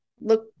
Look